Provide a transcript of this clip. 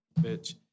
bitch